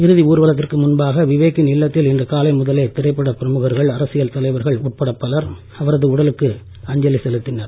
இறுதி ஊர்வலத்திற்கு முன்பாக விவேக்கின் இல்லத்தில் இன்று காலை முதலே திரைப்பட பிரமுகர்கள் அரசியல் தலைவர்கள் உட்பட பலர் அவரது உடலுக்கு அஞ்சலி செலுத்தினர்